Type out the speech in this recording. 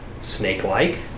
snake-like